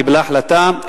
קיבלה החלטה,